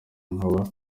nkaba